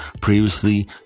Previously